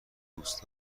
دوست